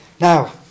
Now